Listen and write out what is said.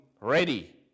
ready